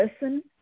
listen